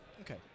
Okay